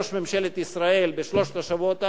ראש ממשלת ישראל בשלושת השבועות האחרונים,